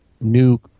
new